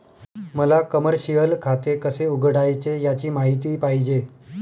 मला कमर्शिअल खाते कसे उघडायचे याची माहिती पाहिजे